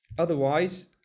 Otherwise